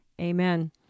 amen